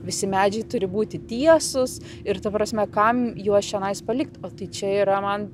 visi medžiai turi būti tiesūs ir ta prasme kam juos čionais palikt o čia yra man